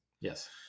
Yes